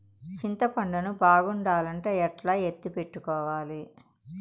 చింతపండు ను బాగుండాలంటే ఎట్లా ఎత్తిపెట్టుకోవాలి?